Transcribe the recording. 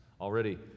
Already